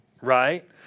right